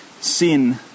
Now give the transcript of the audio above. Sin